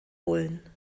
bullen